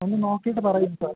ഒന്ന് നോക്കീട്ട് പറയൂ സാർ